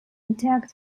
attack